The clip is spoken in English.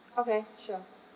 okay sure